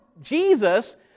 Jesus